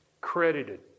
Credited